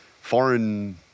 foreign